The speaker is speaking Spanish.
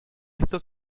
esto